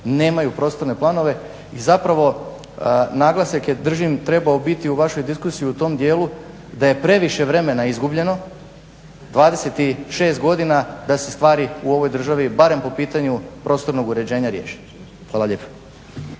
nemaju prostorne planove i zapravo naglasak je držim trebao biti u vašoj diskusiji u tom dijelu da je previše vremena izgubljeno, 26 godina da se stvari u ovoj državi barem po pitanju prostornog uređenja riješe. Hvala lijepo.